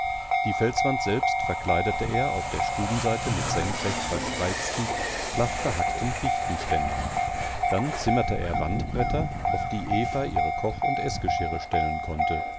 die felswand selbst verkleidete er auf der stubenseite mit senkrecht verspreizten flach behackten fichtenständern dann zimmerte er wandbretter auf die eva ihre koch und eßgeschirre stellen konnte